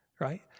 right